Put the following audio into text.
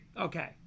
Okay